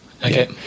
Okay